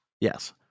Yes